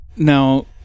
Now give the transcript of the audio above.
Now